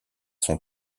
son